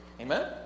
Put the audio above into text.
Amen